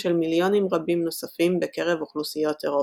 של מיליונים רבים נוספים בקרב אוכלוסיות אירופה.